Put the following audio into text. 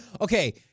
okay